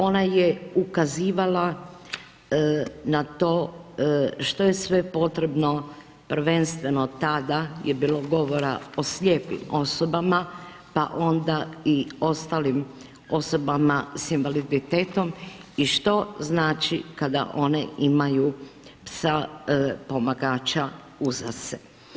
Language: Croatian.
Ona je ukazivala na to što je sve potrebno prvenstveno tada je bilo govora o slijepim osobama pa onda i ostalim osobama s invaliditetom i što znači kada one imaju psa pomagača uza se.